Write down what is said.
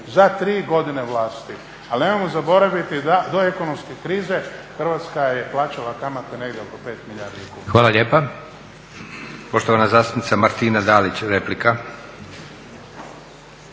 za tri godine vlasti. Ali nemojmo zaboraviti da do ekonomske krize Hrvatska je plaćala kamate negdje oko 5 milijardi kuna. **Leko,